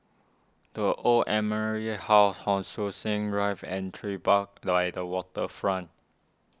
the Old Admiralty House Hon Sui Sen Drive and Tribeca lie the Waterfront